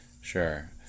sure